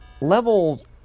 Level